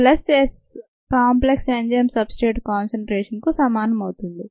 plus S complex enzyme substrate కాన్సన్ట్రేషన్కు సమానం అవుతుంది